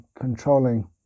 controlling